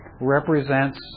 represents